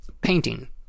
Painting